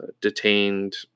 detained